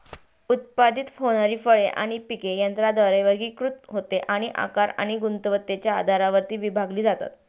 उत्पादित होणारी फळे आणि पिके यंत्राद्वारे वर्गीकृत होते आणि आकार आणि गुणवत्तेच्या आधारावर विभागली जातात